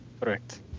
Correct